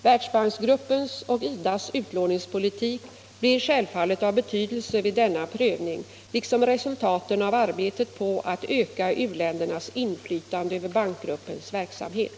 Världsbanksgruppens och IDA:s utlåningspolitik blir självfallet av betydelse vid denna prövning liksom resultaten av arbetet på att öka u-ländernas inflytande över bankgruppens verksamhet.